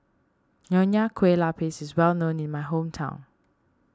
Nonya Kueh Lapis is well known in my hometown